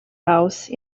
house